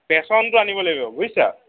পেছনটো আনিব লাগিব বুজিছা